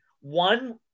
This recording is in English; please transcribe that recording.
One